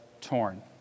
torn